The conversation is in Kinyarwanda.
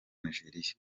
nigeria